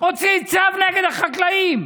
הוציא צו נגד החקלאים.